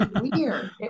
weird